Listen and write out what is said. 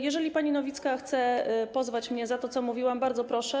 Jeżeli pani Nowicka chce pozwać mnie za to, co mówiłam, to bardzo proszę.